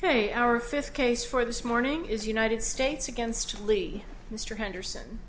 ok our fifth case for this morning is united states against lee mr henderson